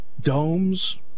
domes